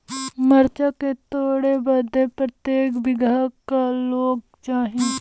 मरचा के तोड़ बदे प्रत्येक बिगहा क लोग चाहिए?